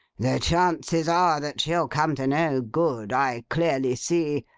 the chances are, that she'll come to no good, i clearly see.